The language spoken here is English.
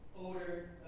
Odor